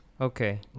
Okay